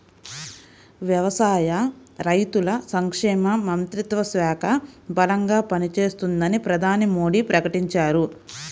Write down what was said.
వ్యవసాయ, రైతుల సంక్షేమ మంత్రిత్వ శాఖ బలంగా పనిచేస్తుందని ప్రధాని మోడీ ప్రకటించారు